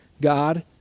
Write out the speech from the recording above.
God